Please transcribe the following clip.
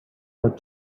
out